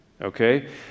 Okay